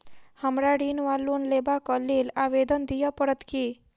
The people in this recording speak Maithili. हमरा ऋण वा लोन लेबाक लेल आवेदन दिय पड़त की?